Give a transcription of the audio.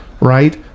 right